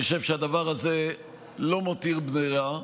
אני חושב שהדבר הזה לא מותיר ברירה,